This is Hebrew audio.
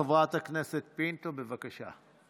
חברת הכנסת פינטו, בבקשה.